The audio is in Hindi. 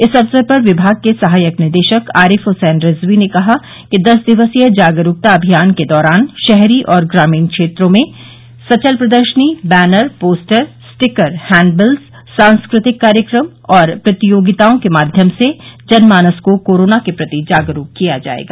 इस अवसर पर विमाग के सहायक निदेशक आरिफ हुसैन रिजयी ने कहा कि दस दिवसीय जागरूकता अभियान के दौरान शहरी और ग्रामीण क्षेत्रों में सचल प्रदर्शनी बैनर पोस्टस स्टीकर हैण्डबिल्स सांस्कृतिक कार्यक्रम व प्रतियोगितायों के माध्यम से जनमानस को कोरोना के प्रति जागरूक किया जायेगा